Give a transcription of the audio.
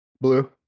blue